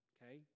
Okay